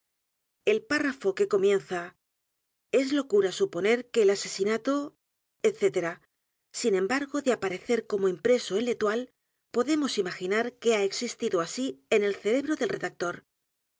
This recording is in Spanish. el párrafo que comienza e s locura suponer que el asesinato etc sin embargo de aparecer como impreso en l'éíoile podemos imaginar que ha existido as en el cerebro del